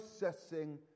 processing